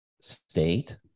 state